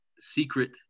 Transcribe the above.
secret